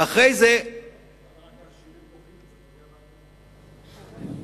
ואחרי זה אז למה רק העשירים בוכים אם זה פוגע בעניים?